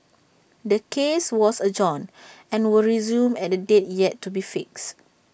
the case was adjourned and will resume at A date yet to be fixed